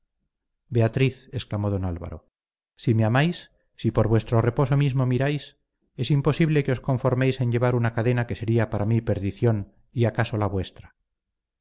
beatriz exclamó don álvaro si me amáis si por vuestro reposo mismo miráis es imposible que os conforméis en llevar una cadena que sería mi perdición y acaso la vuestra